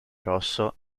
rosso